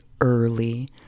early